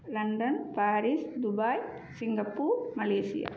London Paris Dubai Singapore Malaysia